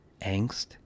angst